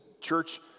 church